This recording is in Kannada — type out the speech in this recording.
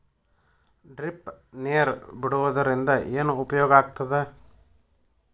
ಡ್ರಿಪ್ ನೇರ್ ಬಿಡುವುದರಿಂದ ಏನು ಉಪಯೋಗ ಆಗ್ತದ?